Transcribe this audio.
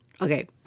okay